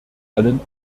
allen